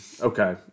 Okay